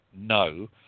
no